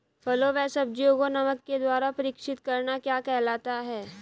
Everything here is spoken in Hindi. फलों व सब्जियों को नमक के द्वारा परीक्षित करना क्या कहलाता है?